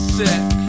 sick